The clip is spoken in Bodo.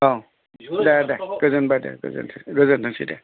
औ दे दे गोजोनबाय दे गोजोनथों गोजोनथोंसै दे